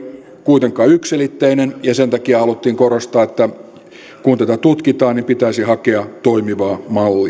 kuitenkaan yksiselitteinen ja sen takia haluttiin korostaa että kun tätä tutkitaan niin pitäisi hakea toimivaa mallia